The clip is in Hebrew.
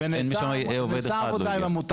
אין משמה עובד אחד לא הגיע.